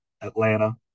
Atlanta